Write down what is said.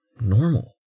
normal